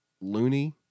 loony